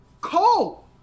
Cole